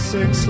Six